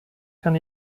kann